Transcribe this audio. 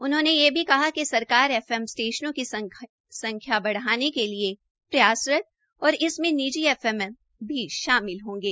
उन्होंने यह भी कहा कि सरकार एफएम स्टेशनों की संख्या बढाने के लिए प्रयासरत और इसमें निजी एफएम भी शामिल होंगे